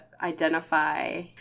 identify